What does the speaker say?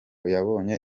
yabonye